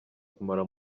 kumara